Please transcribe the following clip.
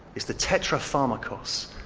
it's the tetrapharmakos,